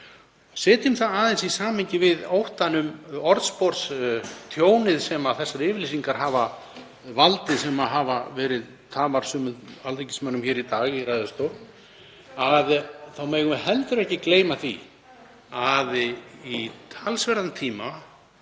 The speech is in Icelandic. Setjum það aðeins í samhengi við óttann um orðsporstjónið sem þessar yfirlýsingar hafa valdið sem hafa verið tamar sumum alþingismönnum hér í ræðustól í dag. Þá megum við heldur ekki gleyma því að í talsverðan tíma